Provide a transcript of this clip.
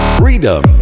freedom